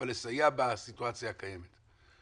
אבל לסייע בסיטואציה הקיימת.